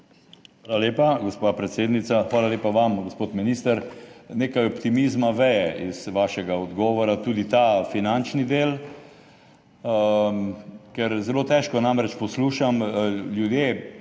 Hvala lepa, gospa predsednica. Hvala lepa vam, gospod minister. Nekaj optimizma veje iz vašega odgovora, tudi ta finančni del. Ker zelo težko namreč poslušam, ljudje